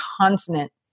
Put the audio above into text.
consonant